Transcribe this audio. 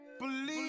Believe